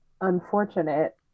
unfortunate